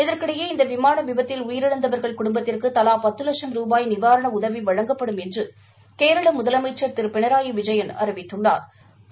இதற்கிடையே இந்த விமாள விபத்தில் உயிரிழந்தவர்கள் குடும்பத்திற்கு தலா பத்து வட்சும் ரூபாய் நிவாரண உதவி வழங்கப்படும் என்று கேரள முதலமைச்சா் திரு பினராயி விஜயன் அறிவித்துள்ளாா்